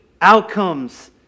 outcomes